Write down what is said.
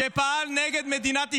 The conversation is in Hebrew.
שפעל נגד מדינת ישראל.